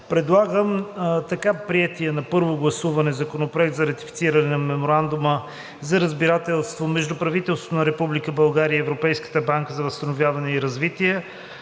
събрание да приеме на първо гласуване Законопроект за ратифициране на Меморандума за разбирателство между Правителството на Република България и Европейската банка за възстановяване и развитие